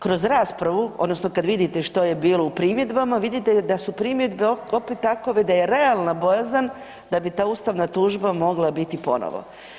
Kroz raspravu odnosno kad vidite što je bilo u primjedbama, vidite da su primjedbe opet takve da je realna bojazan da bi ta ustavna tužba mogla biti ponovno.